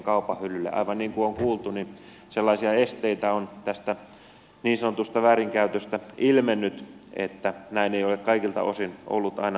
aivan niin kuin on kuultu niin sellaisia esteitä on tästä niin sanotusta väärinkäytöstä ilmennyt että näin ei ole kaikilta osin ollut aina mahdollista